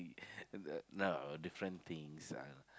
the no no different things ah